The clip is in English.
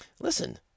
listen